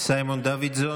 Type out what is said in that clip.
חבר הכנסת סימון דוידסון,